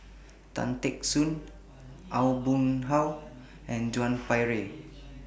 Tan Teck Soon Aw Boon Haw and Joan Pereira